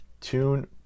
Tune